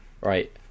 Right